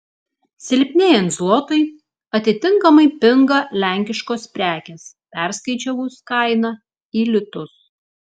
silpnėjant zlotui atitinkamai pinga lenkiškos prekės perskaičiavus kainą į litus